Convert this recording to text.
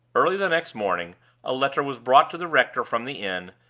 early the next morning a letter was brought to the rector from the inn,